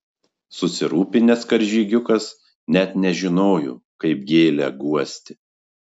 susirūpinęs karžygiukas net nežinojo kaip gėlę guosti